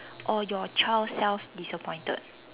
or your child self disappointed